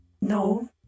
no